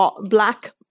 black